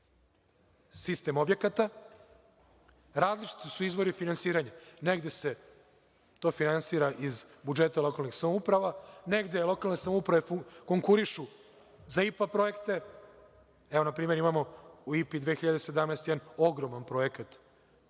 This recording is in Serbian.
sistem objekata. Različiti su izvori finansiranja. Negde se to finansira iz budžeta lokalnih samouprava, negde lokalne samouprave konkurišu za IPA projekte. Evo, npr. imamo u IPA 2017. jedan ogroman projekat